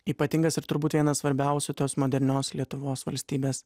ypatingas ir turbūt vienas svarbiausių tos modernios lietuvos valstybės